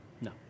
No